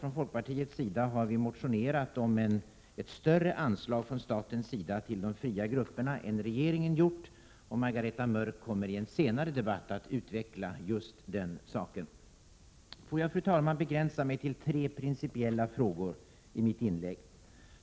Från folkpartiets sida har vi motionerat om ett större statligt anslag till de fria grupperna än vad regeringen har föreslagit, och Margareta Mörck kommer senare att utveckla just den saken. Får jag, fru talman, begränsa mig till tre principiella frågor.